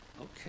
Okay